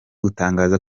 gutangaza